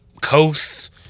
coasts